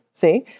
See